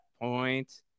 point